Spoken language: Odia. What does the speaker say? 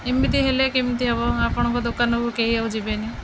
ଏମିତି ହେଲେ କେମିତି ହବ ଆପଣଙ୍କ ଦୋକାନକୁ କେହି ଆଉ ଯିବେନି